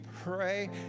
pray